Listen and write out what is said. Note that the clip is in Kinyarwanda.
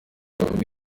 bavuga